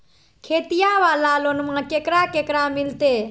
खेतिया वाला लोनमा केकरा केकरा मिलते?